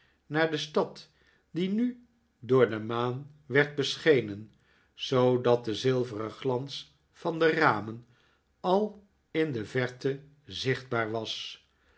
naar de stad die nu door de maan werd beschenen zoodat de zilveren glans van de ramen al in de verte zichtbaar was